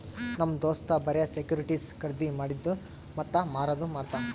ನಮ್ ದೋಸ್ತ್ ಬರೆ ಸೆಕ್ಯೂರಿಟಿಸ್ ಖರ್ದಿ ಮಾಡಿದ್ದು ಮತ್ತ ಮಾರದು ಮಾಡ್ತಾನ್